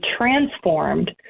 transformed